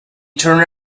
turned